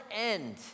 end